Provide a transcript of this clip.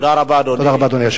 תודה רבה, אדוני.